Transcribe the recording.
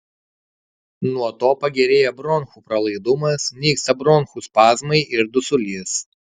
nuo to pagerėja bronchų pralaidumas nyksta bronchų spazmai ir dusulys